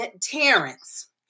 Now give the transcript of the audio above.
Terrence